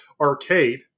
arcade